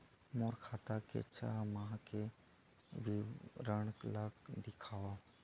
मोर खाता के छः माह के विवरण ल दिखाव?